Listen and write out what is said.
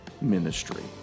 ministry